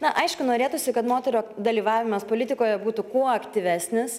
na aišku norėtųsi kad moterų dalyvavimas politikoje būtų kuo aktyvesnis